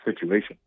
situation